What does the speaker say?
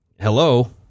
Hello